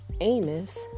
Amos